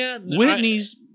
Whitney's